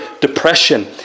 depression